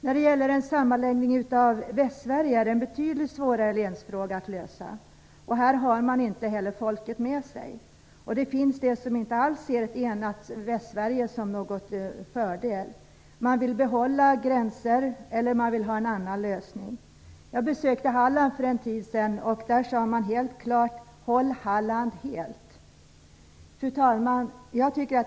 När det gäller en sammanläggning av Västsverige är det en betydligt svårare länsfråga att lösa. Här har man inte heller folket med sig. Det finns de som inte alls ser ett enat Västsverige som någon fördel. Man vill behålla gränser eller ha en annan lösning. Jag besökte Halland för en tid sedan, och där sade man helt klart: Håll Halland helt! Fru talman!